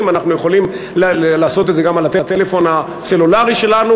ואנחנו יכולים לעשות את זה גם על הטלפון הסלולרי שלנו,